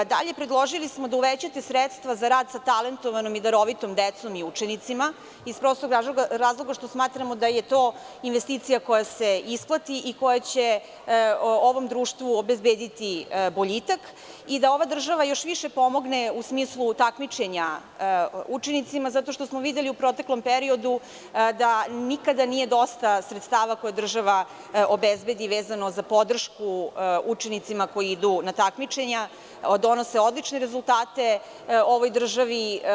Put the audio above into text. Dalje, predložili smo da povećate sredstva za rad sa talentovanom i darovitom decom i učenicima iz prostog razloga što smatramo da je to investicija koja se isplati i koja će ovom društvu obezbediti boljitak i da ova država još više pomogne u smislu takmičenja učenicima zato što smo videli u proteklom periodu da nikada nije dosta sredstava koje država obezbedi vezano za podršku učenicima koji idu na takmičenja, donose odlične rezultate ovoj državi.